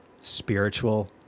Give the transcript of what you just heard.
spiritual